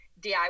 DIY